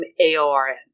AORN